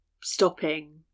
stopping